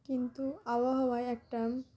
কিন্তু আবহাওয়ায় একটা